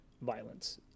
violence